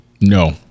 No